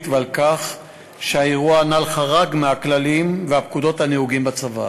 ועל כך שהאירוע הנ"ל חרג מהכללים והפקודות הנהוגים בצבא.